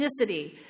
ethnicity